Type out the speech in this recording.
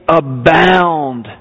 abound